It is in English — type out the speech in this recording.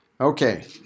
Okay